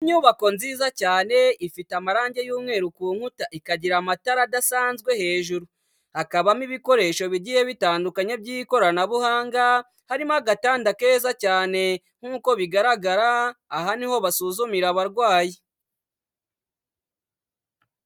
Inyubako nziza cyane ifite amarangi y'umweru ku nkuta, ikagira amatara adasanzwe hejuru hakabamo ibikoresho bigiye bitandukanye by'ikoranabuhanga, harimo agatanda keza cyane, nk'uko bigaragara aha ni ho basuzumira abarwayi.